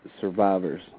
survivors